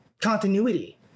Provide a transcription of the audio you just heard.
continuity